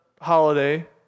holiday